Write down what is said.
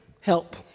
help